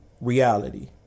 reality